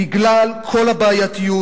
בגלל כל הבעייתיות,